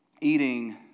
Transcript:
eating